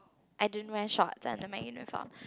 I didn't wear shorts under my uniform